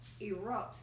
erupts